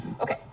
Okay